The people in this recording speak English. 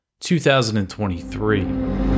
2023